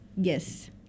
Yes